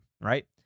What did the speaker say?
right